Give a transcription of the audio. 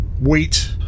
wait